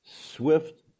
swift